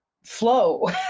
flow